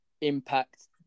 impact